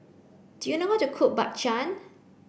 do you know how to cook Bak Chang